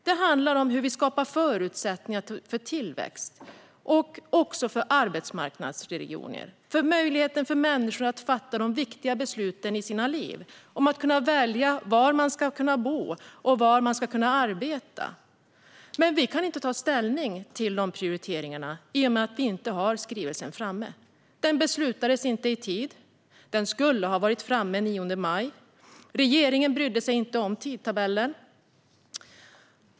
Det handlar om hur vi skapar förutsättningar för tillväxt och för arbetsmarknadsregioner. Det handlar om möjligheten för människor att fatta de viktiga besluten i sina liv, om att kunna välja var man ska bo och var man ska arbeta. Men vi kan inte ta ställning till dessa prioriteringar i och med att vi inte har skrivelsen framme. Den beslutades inte i tid. Den skulle ha varit framme den 9 maj, men regeringen brydde sig inte om tidtabellen.